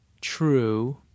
true